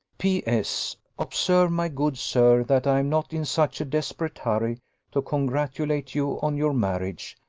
p s. observe, my good sir, that i am not in such a desperate hurry to congratulate you on your marriage,